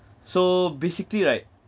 so basically right